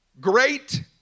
great